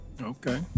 Okay